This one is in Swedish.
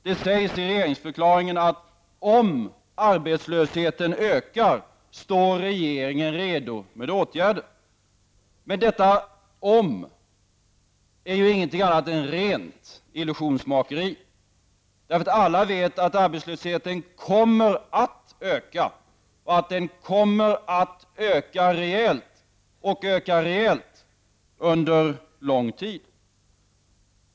Det sägs i regeringsförklaringen att om arbetslösheten ökar står regeringen redo med åtgärder. Men detta ''om'' är ju ingenting annat än rent illusionsmakeri! Alla vet att arbetslösheten kommer att öka, och att den kommer att öka rejält under lång tid.